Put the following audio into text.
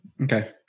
Okay